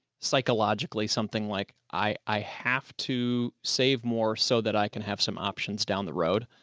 psychologically something like i have to save more so that i can have some options down the road.